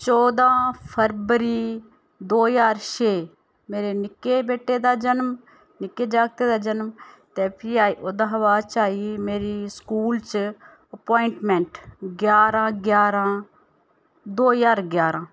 चौदां फरबरी दो ज्हार छे मेरे निक्के बेटे दा जनम निक्के जागतै दा जनम ते फ्ही आई ओह्दे हा बाद च आई मेरी स्कूल च अपोाईंटमेंट ग्यारह ग्यारह दो ज्हार ग्यारह